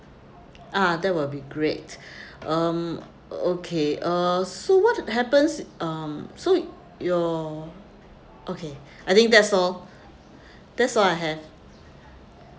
ah that will be great um okay err so what happens um so your okay I think that's all that's all I have